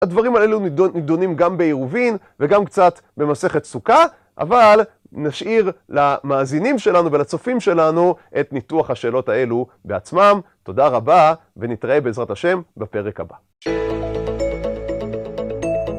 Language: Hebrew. הדברים האלו נדונים גם בעירובין וגם קצת במסכת סוכה, אבל נשאיר למאזינים שלנו ולצופים שלנו את ניתוח השאלות האלו בעצמם. תודה רבה ונתראה בעזרת השם בפרק הבא.